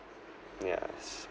yeah expertise